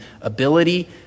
ability